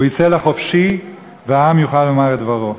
הוא יצא לחופשי, והעם יוכל לומר את דברו.